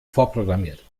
vorprogrammiert